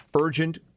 urgent